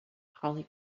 holly